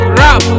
rap